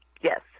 Yes